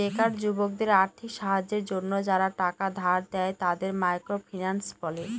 বেকার যুবকদের আর্থিক সাহায্যের জন্য যারা টাকা ধার দেয়, তাদের মাইক্রো ফিন্যান্স বলে